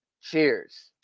cheers